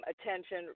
attention